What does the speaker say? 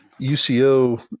UCO